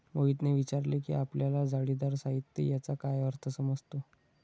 मोहितने विचारले की आपल्याला जाळीदार साहित्य याचा काय अर्थ समजतो?